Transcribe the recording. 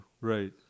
Right